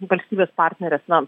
valstybės partnerės na